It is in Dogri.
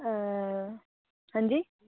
हां जी